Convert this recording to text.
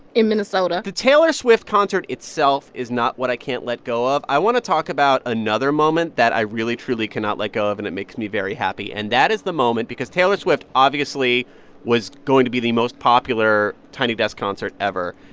in minnesota the taylor swift concert itself is not what i can't let go of. i want to talk about another moment that i really truly cannot let go of, and it makes me very happy, and that is the moment because taylor swift obviously was going to be the most popular tiny desk concert ever.